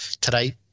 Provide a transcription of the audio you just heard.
Today